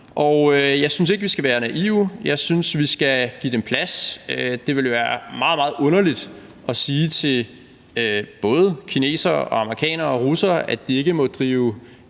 Jeg synes ikke, vi skal være naive; jeg synes, vi skal give dem plads. Det ville være meget, meget underligt at sige til både kinesere, amerikanere og russere, at de ikke må drive